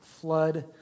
flood